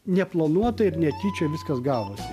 neplanuotai ir netyčia viskas gauvosi